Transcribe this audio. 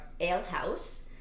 alehouse